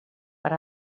per